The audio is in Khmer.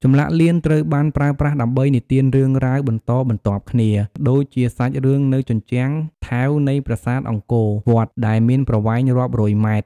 ចម្លាក់លៀនត្រូវបានប្រើប្រាស់ដើម្បី និទានរឿងរ៉ាវបន្តបន្ទាប់គ្នា ដូចជាសាច់រឿងនៅជញ្ជាំងថែវនៃប្រាសាទអង្គរវត្ត ដែលមានប្រវែងរាប់រយម៉ែត្រ។